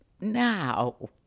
now